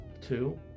two